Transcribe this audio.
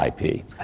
IP